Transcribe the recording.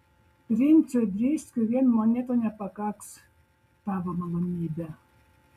princui driskiui vien monetų nepakaks tavo malonybe